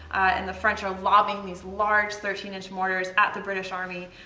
and the french are lobbing these large thirteen inch mortars at the british army.